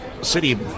City